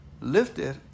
lifted